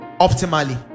optimally